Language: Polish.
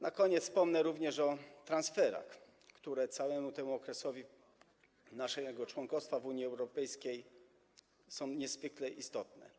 Na koniec wspomnę również o transferach, które przez cały ten okres naszego członkostwa w Unii Europejskiej są niezwykle istotne.